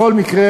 בכל מקרה,